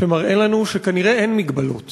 שמראה לנו שכנראה אין מגבלות